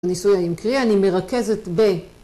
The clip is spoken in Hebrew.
ניסויי אני מקריאה, אני מרכזת ב...